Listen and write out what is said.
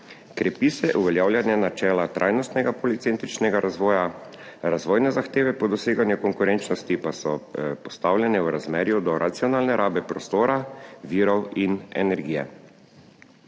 Krepi se uveljavljanje načela trajnostnega policentričnega razvoja, razvojne zahteve po doseganju konkurenčnosti pa so postavljene v razmerju do racionalne rabe prostora, virov in energije.